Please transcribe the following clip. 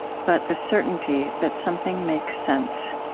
but the certainty that something makes sense,